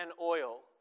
oil